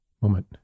moment